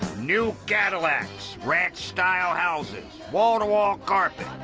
new cadillacs, ranch-style houses, wall-to-wall carpet,